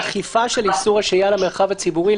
אכיפה של איסור השהייה למרחב הציבורי,